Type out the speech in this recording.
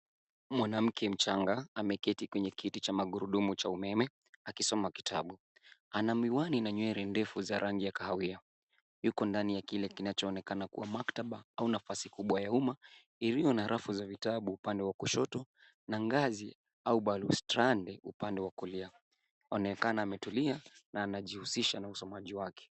Mwanamke mchanga ameketi kwenye kiti cha magurudumu cha umeme akisoma kitabu. Ana miwani na nywele ndefu za rangi ya kahawia. Yuko ndani ya kile kinachoonekana kuwa maktaba au nafasi kubwa ya umma ilio na rafu za vitabu upande wa kushoto na ngazi au barustande upande wa kulia. Anaonekana ametulia na anajihusisha na usomaji wake.